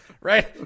right